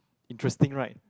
interesting right